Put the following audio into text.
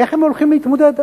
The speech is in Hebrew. איך הם הולכים להתמודד,